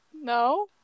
No